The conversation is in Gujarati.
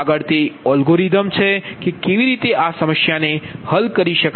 આગળ તે એલ્ગોરિધમ છે કે કેવી રીતે આ સમસ્યાને હલ કરવી